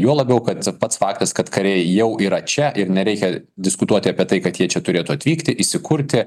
juo labiau kad pats faktas kad kariai jau yra čia ir nereikia diskutuoti apie tai kad jie čia turėtų atvykti įsikurti